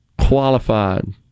qualified